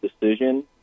decision